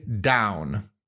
down